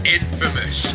infamous